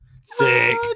sick